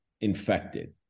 infected